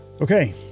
Okay